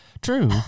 True